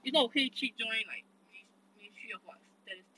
if not 我可以去 join like min~ ministry of what statistics